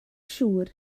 siŵr